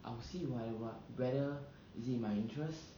I will see why what whether is it in my interest